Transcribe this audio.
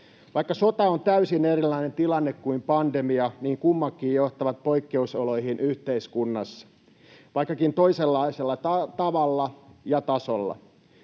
Vaikka sota on täysin erilainen tilanne kuin pandemia, niin kummatkin johtavat poikkeusoloihin yhteiskunnassa, vaikkakin toisenlaisella tavalla ja tasolla.